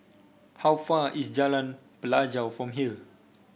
how far is Jalan Pelajau from here